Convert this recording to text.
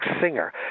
singer